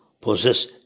possess